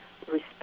respect